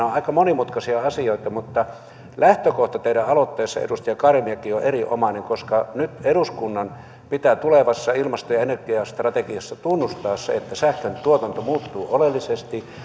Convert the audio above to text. ovat aika monimutkaisia asioita mutta lähtökohta teidän aloitteessanne edustaja karimäki on erinomainen koska nyt eduskunnan pitää tulevassa ilmasto ja energiastrategiassa tunnustaa se että sähköntuotanto muuttuu oleellisesti